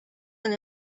and